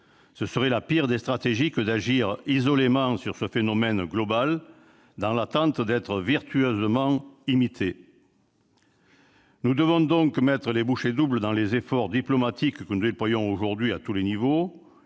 Ce serait la pire des stratégies que d'agir isolément sur ce phénomène global, dans l'attente d'être vertueusement imité. Nous devons donc mettre les bouchées doubles dans les efforts diplomatiques que nous déployons aujourd'hui à tous les niveaux,